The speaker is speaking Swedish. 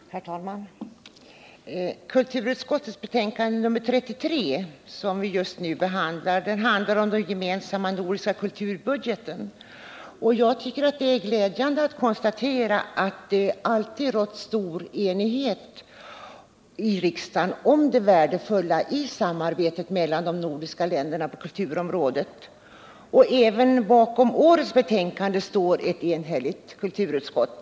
Herr talman! Kulturutskottets betänkande nr 33, som vi just nu behandlar, handlar om den gemensamma nordiska kulturbudgeten. Jag tycker att det är glädjande att konstatera att det alltid rått stor enighet i riksdagen om det värdefulla i samarbetet mellan de nordiska länderna på kulturområdet. Även bakom årets betänkande står ett enhälligt kulturutskott.